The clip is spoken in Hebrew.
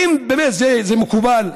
האם זה מקובל?